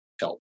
help